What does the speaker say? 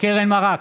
קרן ברק,